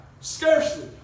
Scarcely